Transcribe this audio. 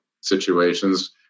situations